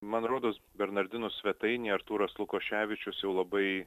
man rodos bernardinų svetainėje artūras lukoševičius jau labai